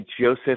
Joseph